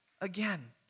again